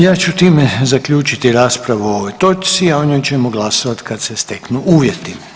Ja ću time zaključiti raspravu o ovoj točci, a o njoj ćemo glasovati kada se steknu uvjeti.